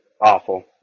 awful